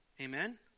Amen